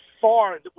far